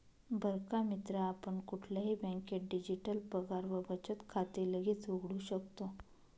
बर का मित्रा आपण कुठल्याही बँकेत डिजिटल पगार व बचत खाते लगेच उघडू शकतो